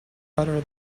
better